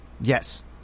yes